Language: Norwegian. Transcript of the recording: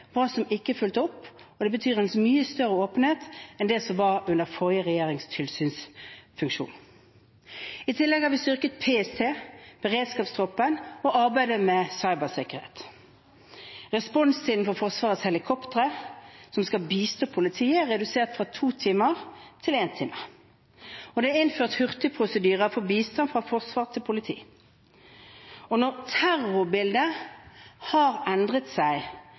hva som ikke er fulgt opp, og det betyr en mye større åpenhet enn det som var under forrige regjerings tilsynsfunksjon. I tillegg har vi styrket PST, Beredskapstroppen og arbeidet med cybersikkerhet. Responstiden for Forsvarets helikoptre, som skal bistå politiet, er redusert fra to timer til én time. Det er innført hurtigprosedyrer for bistand fra forsvar til politi. Når terrorbildet har endret seg,